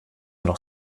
noch